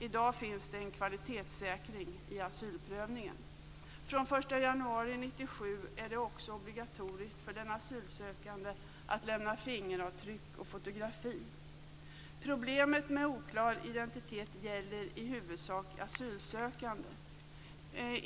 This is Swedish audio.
I dag finns en kvalitetssäkring i asylprövningen. Från den 1 januari 1997 är det också obligatoriskt för den asylsökande att lämna fingeravtryck och fotografi. Problemet med oklar identitet gäller i huvudsak asylsökande.